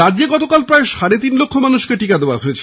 রাজ্যে গতকাল প্রায় সাড়ে তিন লক্ষ মানুষকে টিকা দেওয়া হয়েছে